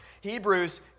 Hebrews